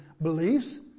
Beliefs